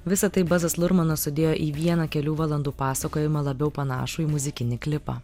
visa tai bazas lurmanas sudėjo į vieną kelių valandų pasakojimą labiau panašų į muzikinį klipą